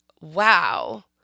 wow